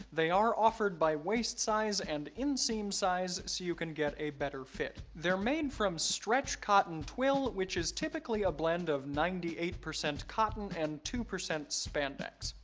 they are offered by waist size and inseam size so you can get a better fit. they're made from stretch cotton twill which is typically a blend of ninety eight percent cotton and two percent spandex.